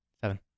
Seven